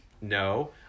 no